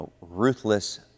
ruthless